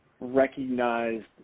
recognized